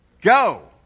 go